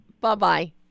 Bye-bye